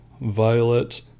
Violet